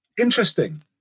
Interesting